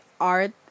art